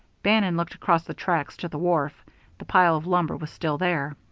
bannon looked across the tracks to the wharf the pile of timber was still there.